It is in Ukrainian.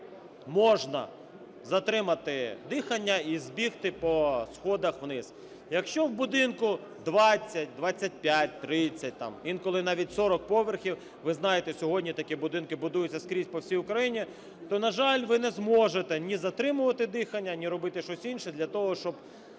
можна затримати дихання і збігти по сходах вниз. Якщо в будинку двадцять, двадцять п'ять, тридцять там, інколи навіть сорок поверхів, ви знаєте, сьогодні такі будинки будуються скрізь по всій Україні, то, на жаль, ви не зможете ні затримувати дихання, ні робити щось інше для того, щоб